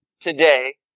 today